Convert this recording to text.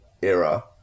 era